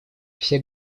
все